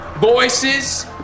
voices